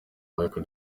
michael